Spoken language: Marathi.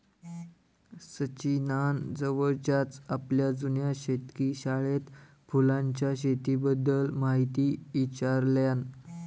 सचिनान जवळच्याच आपल्या जुन्या शेतकी शाळेत फुलांच्या शेतीबद्दल म्हायती ईचारल्यान